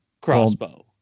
crossbow